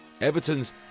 Everton's